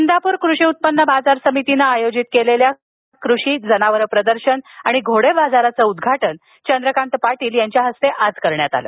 इंदापूर कृषी उत्पन्न बाजार समितीनं आयोजित कृषि जनावरे प्रदर्शन आणि घोडे बाजाराचं उद्घाटन चंद्रकांत पाटील यांच्या हस्ते आज करण्यात आलं